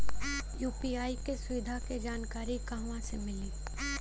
UPI के सुविधा के जानकारी कहवा से मिली?